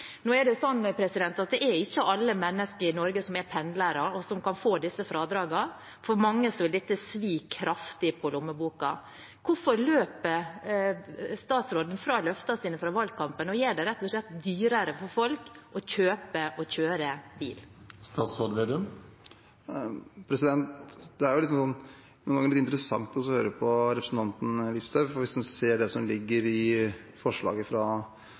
Nå er det ikke alle mennesker i Norge som er pendlere, og som kan få disse fradragene. For mange vil dette svi kraftig i lommeboka. Hvorfor løper statsråden fra løftene sine fra valgkampen og gjør det rett og slett dyrere for folk å kjøpe og kjøre bil? Det er noen ganger litt interessant å høre på representanten Listhaug, for det som ligger i forslaget fra